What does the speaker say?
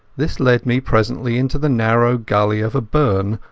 this led me presently into the narrow gully of a burn,